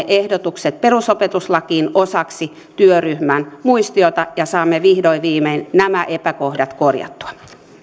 ehdotukset perusopetuslakiin osaksi työryhmän muistiota ja saamme vihdoin viimein nämä epäkohdat korjattua